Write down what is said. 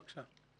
בבקשה.